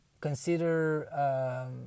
consider